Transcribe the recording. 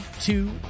two